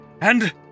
and-